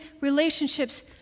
relationships